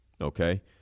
Okay